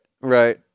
right